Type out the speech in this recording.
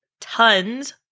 tons